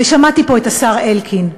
ושמעתי פה את השר אלקין.